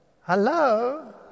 Hello